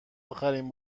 اخرین